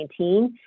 2019